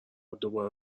دوباره